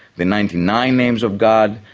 the ninety nine names of god,